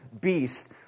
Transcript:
beast